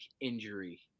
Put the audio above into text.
injury